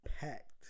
Packed